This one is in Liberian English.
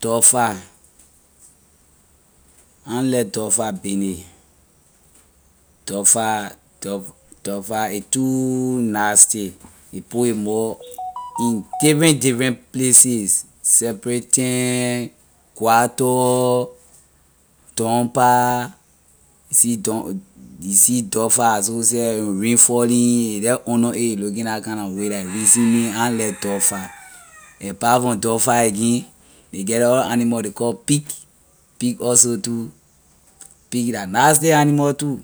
Dufar I na like dufar business dufar dufa- dufar a too nasty a put a mouth in different different places septic tank gutter dump pah you see du- you see dufar as who seh when rain falling a jeh under a looking la kid na way la ley reason I na like dufar apart from dufar again ley get ley other animal ley call pig. pig also too pig la nasty animal too